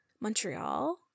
Montreal